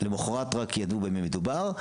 למחרת רק ידעו במי מדובר.